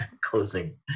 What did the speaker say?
closing